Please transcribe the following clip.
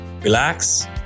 relax